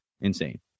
Insane